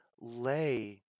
lay